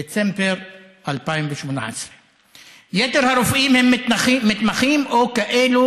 דצמבר 2018. יתר הרופאים הם מתמחים או כאלה